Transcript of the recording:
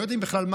לא יודעים בכלל,